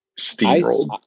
steamrolled